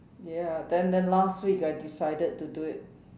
ya then then last week I decided to do it